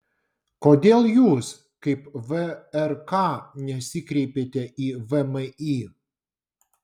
kodėl jūs kaip vrk nesikreipėte į vmi